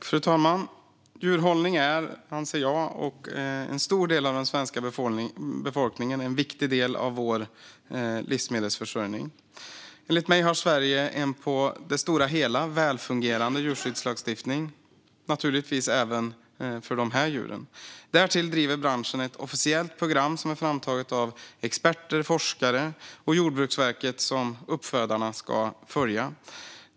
Fru talman! Djurhållning är en viktig del av vår livsmedelsförsörjning anser jag och en stor del av den svenska befolkningen. Enligt mig har Sverige en på det stora hela välfungerande djurskyddslagstiftning, naturligtvis även för de här djuren. Därtill driver branschen ett officiellt program framtaget av experter, forskare och Jordbruksverket som uppfödarna ska följa.